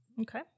okay